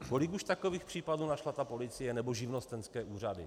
Kolik už takových případů našla ta policie nebo živnostenské úřady?